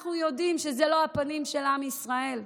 אנחנו יודעים שזה לא הפנים של עם ישראל,